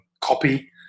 copy